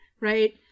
right